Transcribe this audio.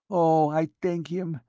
oh, i thank him.